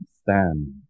stand